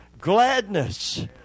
Gladness